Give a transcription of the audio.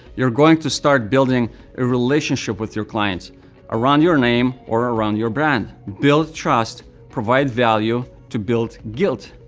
you're going to start building a relationship with your clients around your name or around your brand. build trust, provide value to build guilt.